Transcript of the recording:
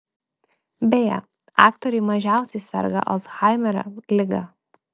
beje aktoriai mažiausiai serga alzhaimerio liga